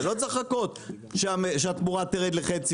אתה לא צריך לחכות שהתמורה תרד לחצי